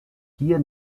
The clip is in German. hier